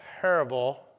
parable